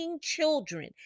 children